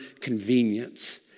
convenience